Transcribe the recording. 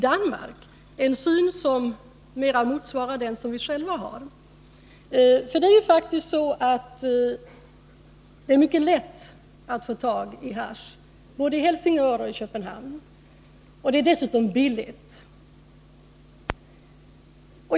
Det är ju faktiskt så att det är mycket lätt att få tag i hasch både i Helsingör och i Köpenhamn, och dessutom är det billigt.